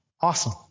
Awesome